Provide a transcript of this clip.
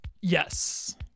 yes